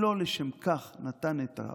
לא לשם כך הוא נתן את,